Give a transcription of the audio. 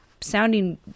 sounding